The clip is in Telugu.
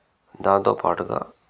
దాంతో పాటుగా